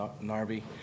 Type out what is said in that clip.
Narvi